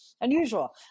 Unusual